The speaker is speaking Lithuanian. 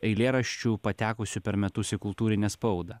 eilėraščių patekusių per metus į kultūrinę spaudą